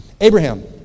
abraham